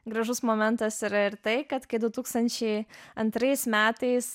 gražus momentas yra ir tai kad kai du tūkstančiai antrais metais